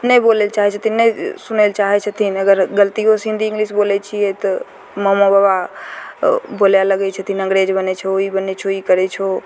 नहि बोलय लए चाहय छथिन ने सुनय लए चाहय छथिन अगर गलतियोसँ हिन्दी इंग्लिश बोलय छियै तऽ मामा बाबा बोलय लगय छथिन अंग्रेज बनय छहो ई बनय छहो ई करय छहो